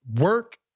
work